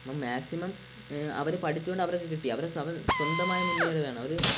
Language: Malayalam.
അപ്പം മാക്സിമം അവർ പഠിച്ചത് കൊണ്ട് അവർക്ക് കിട്ടി അവർ സ്വം സ്വന്തമായി മുന്നേറിയതാണ് അവർ